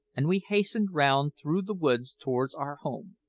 and we hastened round through the woods towards our home.